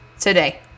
today